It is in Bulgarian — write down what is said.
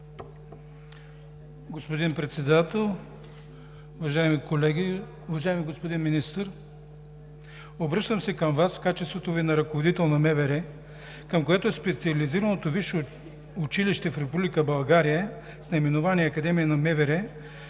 Господин Председател, уважаеми колеги! Уважаеми господин Министър, обръщам се към Вас в качеството Ви на ръководител на МВР, към което е Специализираното висше училище в Република България с наименование Академия на МВР,